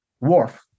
Wharf